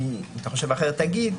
עמי, אם אתה חושב אחרת, תגיד.